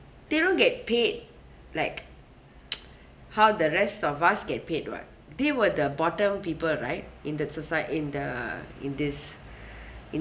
they don't get paid like how the rest of us get paid [what] they were the bottom people right in the societ~ in the in this in